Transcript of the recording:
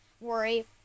worry